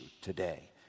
today